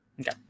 Okay